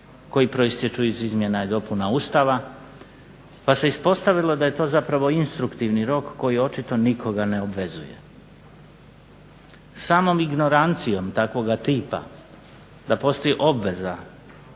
koji proistječu iz izmjena i dopuna Ustava pa se ispostavilo da je to zapravo instruktivni rok koji očito nikoga ne obvezuje. Samom ignorancijom takvoga tipa da postoji obveza